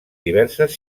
diverses